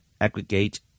aggregate